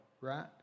right